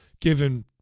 given